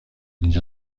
اینجا